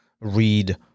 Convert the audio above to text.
read